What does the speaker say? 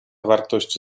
wartość